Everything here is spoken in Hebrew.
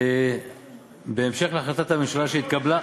בהמשך להחלטת הממשלה שהתקבלה,